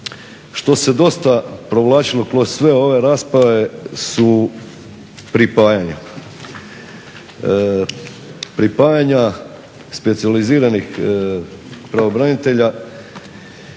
što se dosta provlačilo kroz sve ove rasprave su pripajanja, pripajanja specijaliziranih pravobranitelja